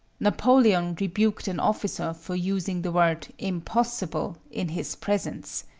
napoleon rebuked an officer for using the word impossible in his presence.